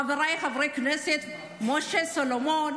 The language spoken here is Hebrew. חבריי חברי הכנסת משה סולומון